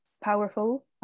powerful